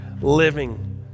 living